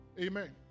Amen